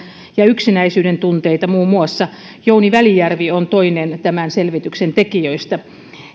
ja yksinäisyyden tunteita muun muassa jouni välijärvi on toinen tämän selvityksen tekijöistä